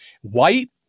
white